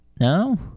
No